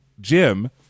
Jim